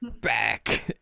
back